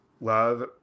love